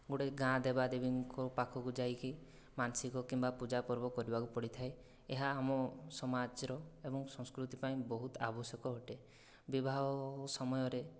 ଗୋଟିଏ ଗାଁ ଦେବାଦେବୀଙ୍କ ପାଖକୁ ଯାଇକି ମାନସିକ କିମ୍ବା ପୂଜା ପର୍ବ କରିବାକୁ ପଡ଼ିଥାଏ ଏହା ଆମ ସମାଜର ଏବଂ ସଂସ୍କୃତି ପାଇଁ ବହୁତ ଆବଶ୍ୟକ ଅଟେ ବିବାହ ସମୟରେ